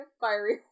fiery